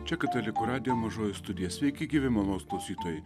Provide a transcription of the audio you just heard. čia katalikų radijo mažoji studija sveiki gyvi mano klausytojai